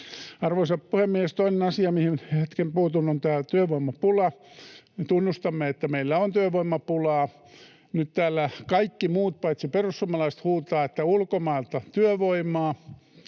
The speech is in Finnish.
Arvoisa puhemies! Toinen asia, mihin nyt hetken puutun, on työvoimapula. Me tunnustamme, että meillä on työvoimapulaa. Nyt täällä kaikki muut paitsi perussuomalaiset huutavat, että ulkomailta työvoimaa.